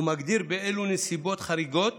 הוא מגדיר באילו נסיבות חריגות